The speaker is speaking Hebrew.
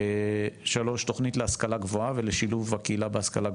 ג' תכנית להשכלה גבוהה ולשילוב בקהילה בהשכלה גבוהה.